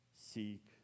seek